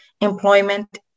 employment